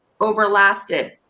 overlasted